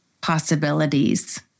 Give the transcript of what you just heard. possibilities